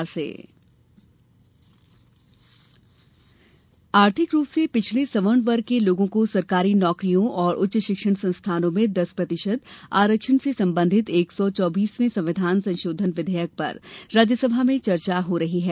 आरक्षण विधेयक आर्थिक रूप से पिछड़े सवर्ण वर्ग के लोगों को सरकारी नौकरियों और उच्च शिक्षण संस्थानों में दस प्रतिशत आरक्षण से संबंधित एक सौ चौबीसवें संविधान संशोधन विधेयक पर राज्यसभा में चर्चा हो रही है